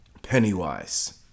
Pennywise